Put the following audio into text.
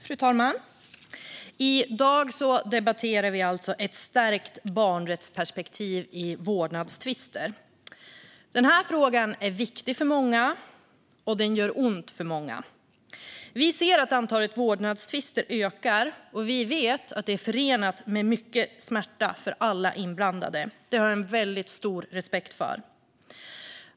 Fru talman! I dag debatterar vi Ett stärkt barnrättsperspektiv i vårdnadstvister . Den här frågan är viktig för många, och den gör ont för många. Vi ser att antalet vårdnadstvister ökar, och vi vet att det är förenat med mycket smärta för alla inblandade. Det har jag en väldigt stor respekt för.